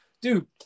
dude